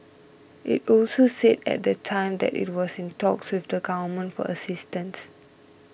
it also said at the time that it was in talks with the Government for assistance